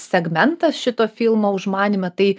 segmentas šito filmo užmanyme tai